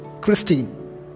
Christine